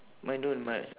mine don't mi~